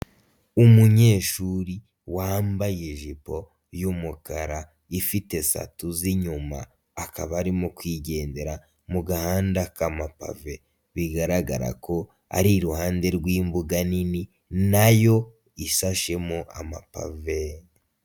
Umunyeshuri wambaye ijipo y'umukara ifite satuzi inyuma akaba arimo kwigendera mu gahanda ka mapave, bigaragara ko ari iruhande rw'imbuga nini, nayo ishashemo amapave.